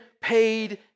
paid